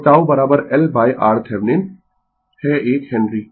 तो τ LRThevenin l है 1 Henry